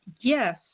Yes